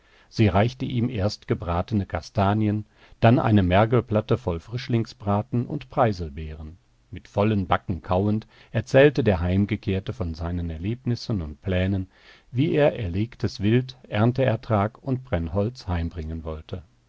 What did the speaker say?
sie reichte ihm erst gebratene kastanien dann eine mergelplatte voll frischlingsbraten und preiselbeeren mit vollen backen kauend erzählte der heimgekehrte von seinen erlebnissen und plänen wie er erlegtes wild ernteertrag und brennholz heimbringen wollte